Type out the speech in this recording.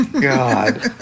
God